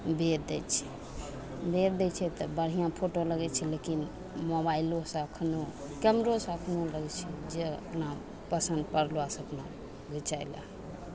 भेजि दै छै भेजि दै छै तऽ बढ़िआँ फोटो लागै छै लेकिन मोबाइलोसे एखनहु कैमरोसे एखनहु लागै छै जे अपना पसन्द पड़ल से अपना घिचै ले